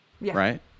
right